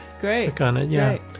Great